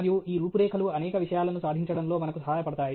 మరియు ఈ రూపురేఖలు అనేక విషయాలను సాధించడంలో మనకు సహాయపడతాయి